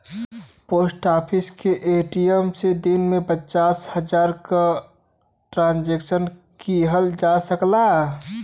post office के ATM से दिन में पचीस हजार ट्रांसक्शन किहल जा सकला